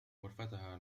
غرفتها